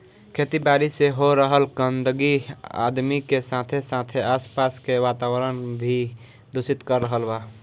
खेती बारी से हो रहल गंदगी आदमी के साथे साथे आस पास के वातावरण के भी दूषित कर रहल बा